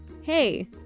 hey